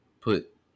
put